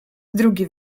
drugi